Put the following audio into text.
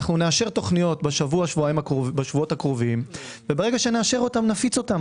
נאשר תוכניות בשבועות הקרובים ואז נפיץ אותם.